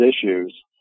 issues